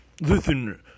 Listen